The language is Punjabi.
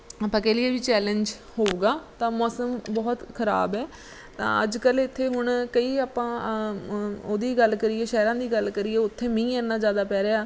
ਆਪਾਂ ਕਹਿ ਲਈਏ ਵੀ ਚੈਲੇਂਜ ਹੋਊਗਾ ਤਾਂ ਮੌਸਮ ਬਹੁਤ ਖਰਾਬ ਹੈ ਤਾਂ ਅੱਜ ਕੱਲ੍ਹ ਇੱਥੇ ਹੁਣ ਕਈ ਆਪਾਂ ਉਹਦੀ ਗੱਲ ਕਰੀਏ ਸ਼ਹਿਰਾਂ ਦੀ ਗੱਲ ਕਰੀਏ ਉੱਥੇ ਮੀਂਹ ਐਨਾ ਜ਼ਿਆਦਾ ਪੈ ਰਿਹਾ